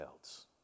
else